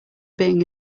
being